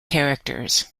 characters